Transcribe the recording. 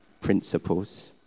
principles